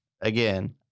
Again